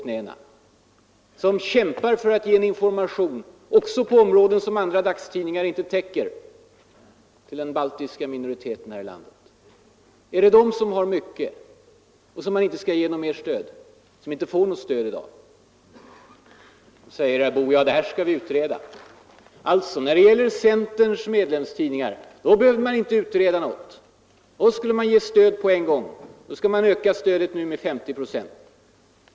En tidning som kämpar för att ge information till den baltiska minoriteten här i landet också på områden som andra dagstidningar inte täcker? Är det den som ”har mycket” och som man inte skall ge något stöd? Nu säger herr Boo: ”Det här skall vi utreda! ” När det gäller centerns medlemstidningar behöver man inte utreda något. Då gav man stöd på en gång, och nu ökar man stödet med 50 procent.